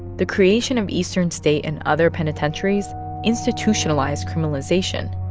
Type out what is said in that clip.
the creation of eastern state and other penitentiaries institutionalized criminalization.